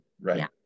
right